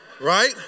right